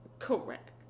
Correct